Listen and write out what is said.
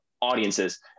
audiences